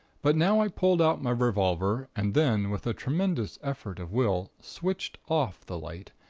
but now i pulled out my revolver, and then, with a tremendous effort of will, switched off the light,